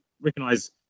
recognize